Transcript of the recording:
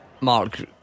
Mark